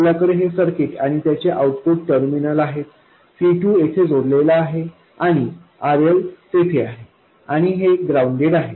आपल्याकडे हे सर्किट आणि त्याचे आउटपुट टर्मिनल आहेत C2 येथे जोडलेला आहे आणि RL तेथे आहे आणि हे ग्राउंड आहे